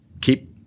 keep